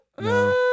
No